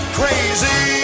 crazy